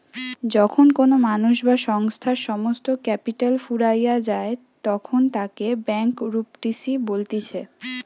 যখন কোনো মানুষ বা সংস্থার সমস্ত ক্যাপিটাল ফুরাইয়া যায়তখন তাকে ব্যাংকরূপটিসি বলতিছে